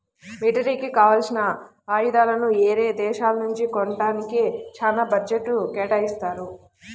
మిలిటరీకి కావాల్సిన ఆయుధాలని యేరే దేశాల నుంచి కొంటానికే చానా బడ్జెట్ను కేటాయిత్తారు